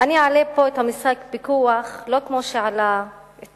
אני אעלה פה את המושג פיקוח, לא כמו שעלה אתמול